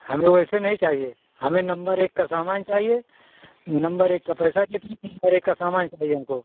हमें वैसे नहीं चाहिए हमें नम्बर एक का सामान चाहिए नम्बर एक का पैसा देंगे नम्बर एक का सामान चाहिए हमको